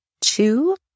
two